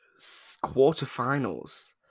Quarterfinals